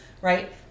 right